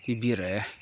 ꯞꯤꯕꯤꯔꯛꯑꯦ